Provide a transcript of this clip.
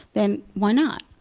then, why not!